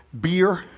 beer